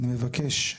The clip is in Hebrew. אני מבקש,